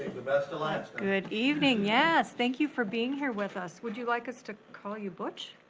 the best for last. good evening, yes. thank you for being here with us. would you like us to call you butch?